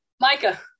Micah